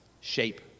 shape